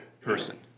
person